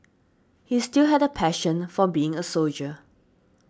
he still had a passion for being a soldier